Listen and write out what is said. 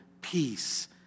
peace